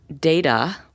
data